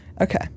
Okay